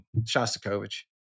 Shostakovich